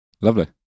Lovely